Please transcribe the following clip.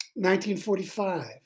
1945